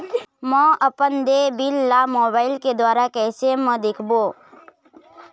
म अपन देय बिल ला मोबाइल के द्वारा कैसे म देखबो?